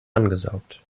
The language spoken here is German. angesaugt